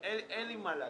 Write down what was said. אין לי מה לעשות,